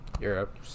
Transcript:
Europe